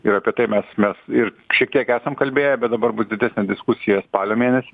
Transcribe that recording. ir apie tai mes mes ir šiek tiek esam kalbėję bet dabar bus didesnė diskusija spalio mėnesį